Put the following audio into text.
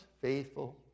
faithful